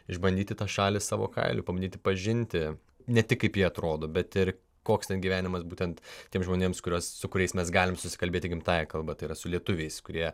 išbandyti tą šalį savo kailiu pabandyti pažinti ne tik kaip jie atrodo bet ir koks ten gyvenimas būtent tiem žmonėms kuriuos su kuriais mes galim susikalbėti gimtąja kalba tai yra su lietuviais kurie